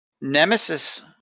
nemesis